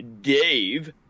Dave